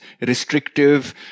restrictive